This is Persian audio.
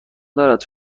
دارد